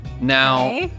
Now